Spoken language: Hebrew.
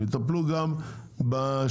יטפלו גם בשחיטה,